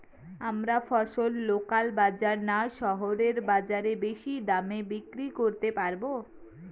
আমরা ফসল লোকাল বাজার না শহরের বাজারে বেশি দামে বিক্রি করতে পারবো?